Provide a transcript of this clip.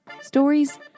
Stories